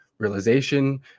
realization